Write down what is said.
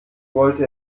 wollte